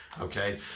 Okay